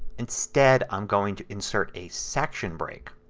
instead i'm going to insert a section break.